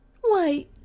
Why